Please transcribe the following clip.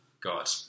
God